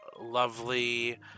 lovely